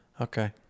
Okay